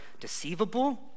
deceivable